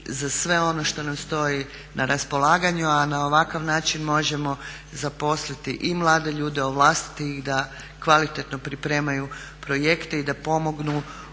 za sve ono što nam stoji na raspolaganju. A na ovakav način možemo zaposliti i mlade ljude, ovlastiti ih da kvalitetno pripremaju projekte i da pomognu